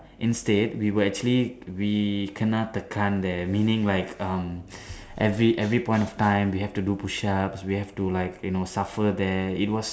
instead we were actually we kena tekan there meaning like um every every point of time we have to do push ups we have to like you know suffer there it was